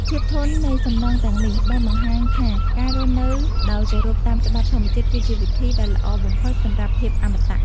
ភាពធន់នៃសំណង់ទាំងនេះបានបង្ហាញថាការរស់នៅដោយគោរពតាមច្បាប់ធម្មជាតិគឺជាវិធីដែលល្អបំផុតសម្រាប់ភាពអមតៈ។